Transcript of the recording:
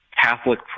Catholic